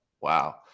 Wow